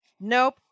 Nope